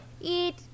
Eat